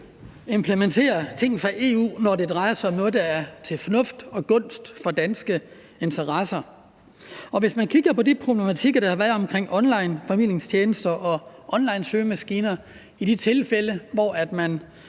implementerer ting fra EU, når det drejer sig om noget, der er fornuftigt og til gunst for danske interesser. Hvis vi kigger på de problematikker, der har været omkring onlineformidlingstjenester og onlinesøgemaskiner i de tilfælde, hvor man